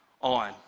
on